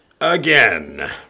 again